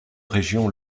région